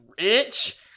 rich